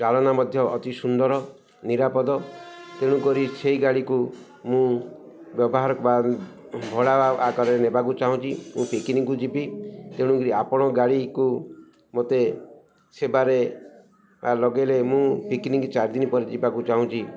ଚାଳନା ମଧ୍ୟ ଅତି ସୁନ୍ଦର ନିରାପଦ ତେଣୁ କରି ସେଇ ଗାଡ଼ିକୁ ମୁଁ ବ୍ୟବହାର ଭଡ଼ା ଆକାରରେ ନେବାକୁ ଚାହୁଁଛି ମୁଁ ପିକନିକ୍ ଯିବି ତେଣୁ କରି ଆପଣ ଗାଡ଼ିକୁ ମୋତେ ସେବାରେ ଲଗାଇଲେ ମୁଁ ପିକନିକ୍ ଚାରି ଦିନ ପରେ ଯିବାକୁ ଚାହୁଁଛି